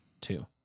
Two